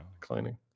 declining